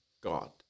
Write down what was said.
God